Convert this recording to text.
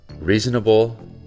reasonable